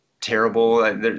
terrible